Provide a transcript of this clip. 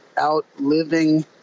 outliving